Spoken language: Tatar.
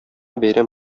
бәйрәм